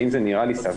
האם זה נראה לי סביר?